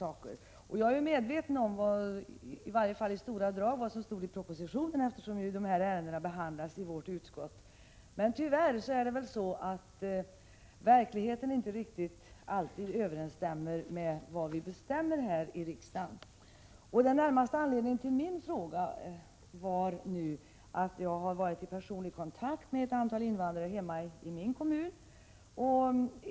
Eftersom de här frågorna behandlas i vårt utskott, är jag åtminstone i stora drag medveten om innehållet i propositionen. Men tyvärr stämmer inte alltid verkligheten med vad vi bestämt här i riksdagen! Den närmaste anledningen till min fråga var den, att jag har varit i personlig kontakt med ett antal invandrare i min hemkommun.